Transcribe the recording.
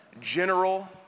general